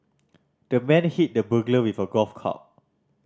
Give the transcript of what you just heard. the man hit the burglar with a golf club